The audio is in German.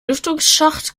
lüftungsschacht